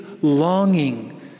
longing